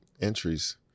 entries